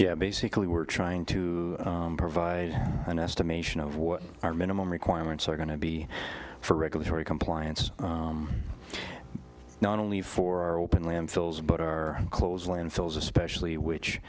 yeah basically we're trying to provide an estimation of what our minimum requirements are going to be for regulatory compliance not only for our open landfills but our close landfills especially which